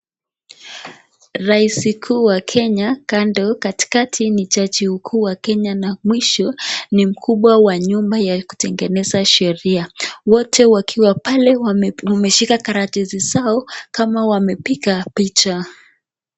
Raisi kuu wa Kenya kando, katikakti ni jaji mkuu wa Kenya na mwisho ni mkubwa wa nyumba ya kutengeneza sheria, wote wakiwa pale wameshika karatasi zao kama wamepiga picha.